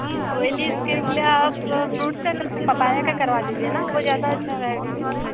oily skin के लिए आप फ्रूट्स का पपाया का करवा लीजिए ना वो ज़्यादा अच्छा रहेगा